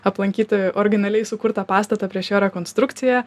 aplankyti originaliai sukurtą pastatą prieš jo rekonstrukciją